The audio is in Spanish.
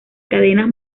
cadenas